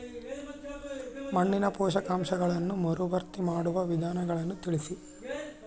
ಮಣ್ಣಿನ ಪೋಷಕಾಂಶಗಳನ್ನು ಮರುಭರ್ತಿ ಮಾಡುವ ವಿಧಾನಗಳನ್ನು ತಿಳಿಸಿ?